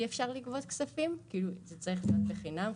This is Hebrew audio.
אי אפשר לגבות כספים כי זה צריך להיות בחינם,